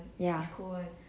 ya